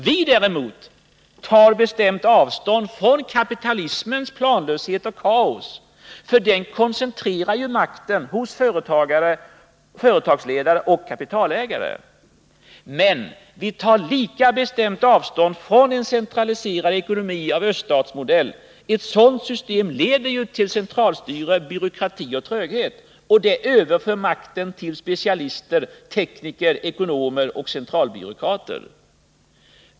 Vi däremot tar bestämt avstånd från kapitalismens planlöshet och kaos, för detta koncentrerar makten hos företagsledare och kapitalägare. Men vi tar lika bestämt avstånd från en centraliserad ekonomi av öststatsmodell. Ett sådant system leder till centralstyre, byråkrati och tröghet. Det överför makten till specialister, tekniker, ekonomer och centralbyråkrater.